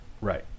Right